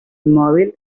mòbil